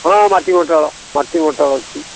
ହଁ ମାଟି ମଟାଳ ମାଟି ମଟାଳ ଅଛି